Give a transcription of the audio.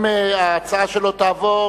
אם ההצעה שלו תעבור,